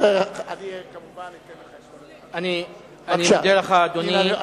אני מודה לך, אדוני.